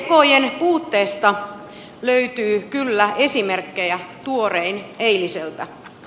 tekojen puutteesta löytyy kyllä esimerkkejä tuorein eiliseltä